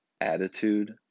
attitude